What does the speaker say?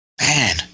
Man